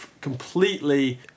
completely